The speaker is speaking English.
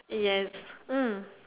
yes mm